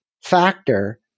factor